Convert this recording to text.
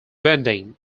bending